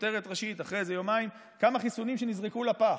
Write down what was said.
ואחרי יומיים כותרת ראשית: כמה חיסונים נזרקו לפח.